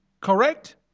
Correct